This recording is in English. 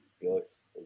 Felix